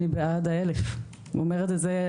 אני בעד ה-1,000 אני אומרת את זה,